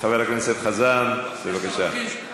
חבר הכנסת חזן, בבקשה.